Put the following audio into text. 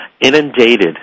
inundated